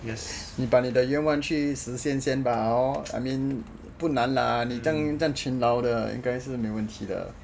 你把你的愿望去实现先吧 hor I mean 不难啦你这样勤劳的